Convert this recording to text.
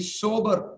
sober